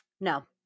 No